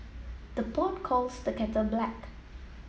the pot calls the kettle black